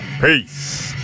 peace